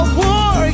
war